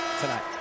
tonight